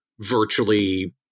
Virtually